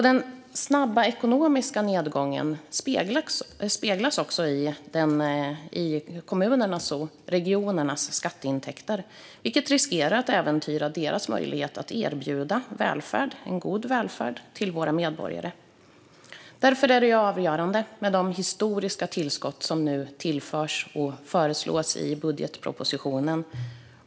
Den snabba ekonomiska nedgången speglas också i kommunernas och regionernas skatteintäkter, vilket riskerar att äventyra deras möjligheter att erbjuda en god välfärd till våra medborgare. Därför är det avgörande med de historiska tillskott som nu föreslås i budgetpropositionen.